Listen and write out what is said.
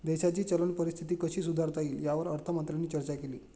देशाची चलन परिस्थिती कशी सुधारता येईल, यावर अर्थमंत्र्यांनी चर्चा केली